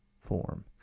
form